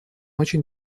очень